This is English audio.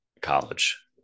college